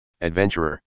adventurer